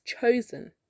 chosen